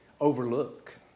overlook